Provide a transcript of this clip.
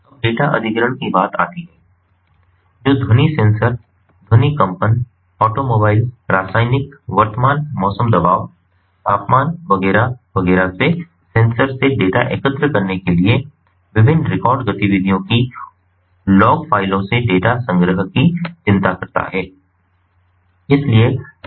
अब डाटा अधिग्रहण की बात आती है जो ध्वनि सेंसर ध्वनि कंपन ऑटोमोबाइल रासायनिक वर्तमान मौसम दबाव तापमान वगैरह वगैरह से सेंसर से डेटा एकत्र करने के लिए विभिन्न रिकॉर्ड गतिविधियों की लॉग फ़ाइलों से डेटा संग्रह की चिंता करता है